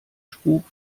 spuk